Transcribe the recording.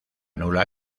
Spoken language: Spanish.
nula